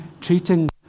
treating